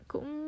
Cũng